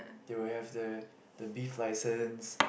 they will have the the beef license